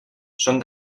són